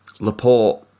Laporte